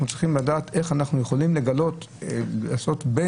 אנחנו צריכים לדעת איך אנחנו יכולים לעשות מה